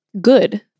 good